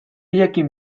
jakin